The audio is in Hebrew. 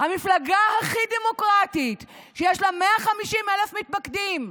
המפלגה הכי דמוקרטית, שיש לה 150,000 מתפקדים,